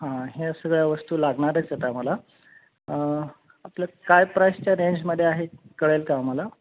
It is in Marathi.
हां हे सगळ्या वस्तू लागणारच आहेत आम्हाला आपलं काय प्राईशच्या रेंजमध्ये आहे कळेल का आम्हाला